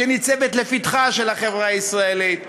שניצבת לפתחה של החברה הישראלית,